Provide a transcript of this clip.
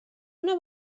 una